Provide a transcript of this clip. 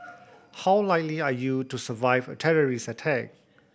how likely are you to survive a terrorist attack